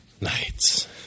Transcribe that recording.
Nights